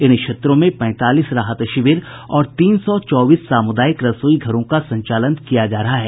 इन क्षेत्रों में पैंतालीस राहत शिविर और तीन सौ चौबीस सामूदायिक रसोई घरों का संचालन किया जा रहा है